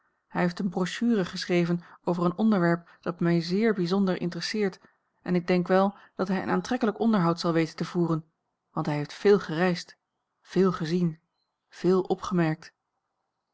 hij heeft eene brochure geschreven over een onderwerp dat mij zéér bijzonder interesseert en ik denk wel dat hij een aantrekkelijk onderhoud zal weten te voeren want hij heeft veel gereisd veel gezien veel opgemerkt